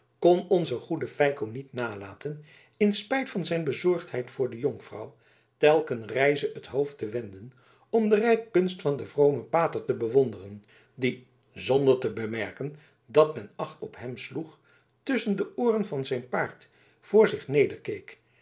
kon onze goede feiko niet nalaten in spijt van zijn bezorgdheid voor de jonkvrouw telken reize het hoofd te wenden om de rijkunst van den vromen pater te bewonderen die zonder te bemerken dat men acht op hem sloeg tusschen de ooren van zijn paard voor zich neder